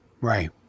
Right